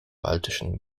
baltischen